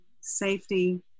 safety